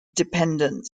dependent